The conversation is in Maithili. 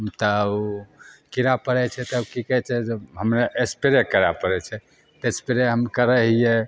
तऽ उ कीड़ा पड़य छै तब की कहय छै जे हमे स्प्रे करय पड़य छै तऽ स्प्रे हम करऽ हियै